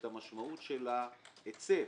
את המשמעות של ההיצף.